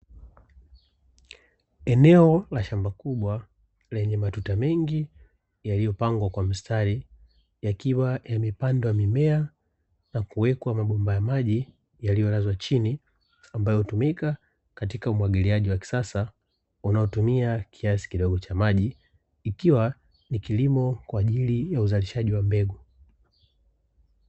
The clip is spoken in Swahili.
Eneo la shamba kubwa lenye matuta mengi, yaliyopangwa kwa mistari, yakiwa yamepandwa mimea na kuwekwa mabomba ya maji yaliyolazwa chini ambayo hutumika katika umwagiliaji wa kisasa, unaotumia kiasi kidogo cha maji, ikiwa ni kilimo kwa ajili ya uzalishaji wa mbegu.